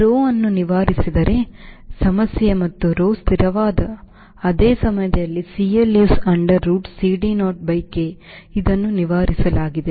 Rho ಅನ್ನು ನಿವಾರಿಸಿದರೆ ಸಮಸ್ಯೆ ಮತ್ತು rho ಸ್ಥಿರವಾದ ಅದೇ ಸಮಯದಲ್ಲಿ CL is under root CD naught by K ಇದನ್ನು ನಿವಾರಿಸಲಾಗಿದೆ